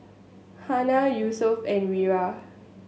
Hana Yusuf and Wira